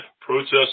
protests